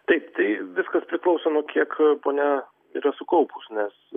taip tai viskas priklauso nuo kiek ponia yra sukaupus nes